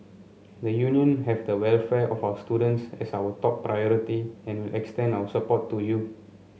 the Union have the welfare of our students as our top priority and will extend our support to you